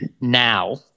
now